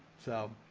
so,